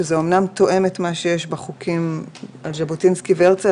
שזה אמנם תואם את מה שיש בחוקים על ז'בוטינסקי והרצל